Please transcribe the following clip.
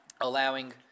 allowing